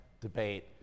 debate